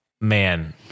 Man